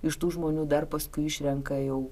iš tų žmonių dar paskui išrenka jau